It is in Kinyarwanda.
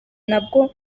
ntabwo